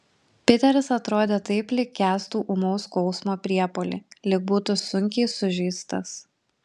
piteris atrodė taip lyg kęstų ūmaus skausmo priepuolį lyg būtų sunkiai sužeistas